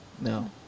No